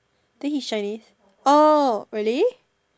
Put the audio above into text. think he's Chinese oh really